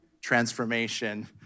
transformation